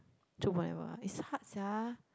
volleyball ah is hard sia